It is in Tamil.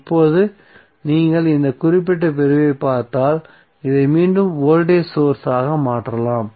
இப்போது நீங்கள் இந்த குறிப்பிட்ட பிரிவைப் பார்த்தால் இதை மீண்டும் வோல்டேஜ் சோர்ஸ் ஆக மாற்றலாம்